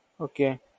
Okay